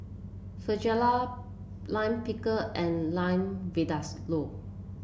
Fajitas Lime Pickle and Lamb Vindaloo